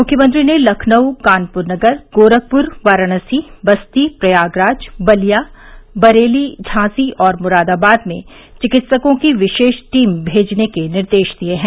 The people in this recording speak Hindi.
मुख्यमंत्री ने लखनऊ कानपुर नगर गोरखपुर वाराणसी बस्ती प्रयागराज बलिया बरेली झांसी और मुरादाबाद में चिकित्सकों की विशेष टीम भेजने के निर्देश दिए हैं